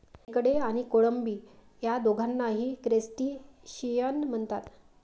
खेकडे आणि कोळंबी या दोघांनाही क्रस्टेशियन म्हणतात